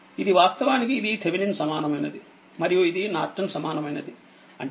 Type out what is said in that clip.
ఇది వాస్తవానికి ఇది థేవినిన్ సమానమైనది మరియు ఇది నార్టన్ సమానమైనది అంటేiNVThRTh2